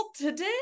today